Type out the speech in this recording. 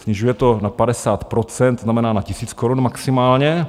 Snižuje to na 50 %, to znamená na tisíc korun maximálně.